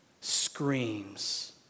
screams